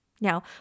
Now